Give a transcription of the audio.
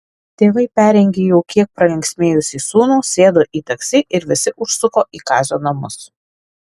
tėvai perrengė jau kiek pralinksmėjusį sūnų sėdo į taksi ir visi užsuko į kazio namus